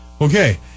Okay